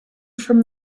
from